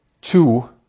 two